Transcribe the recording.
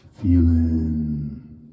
feeling